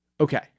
Okay